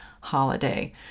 holiday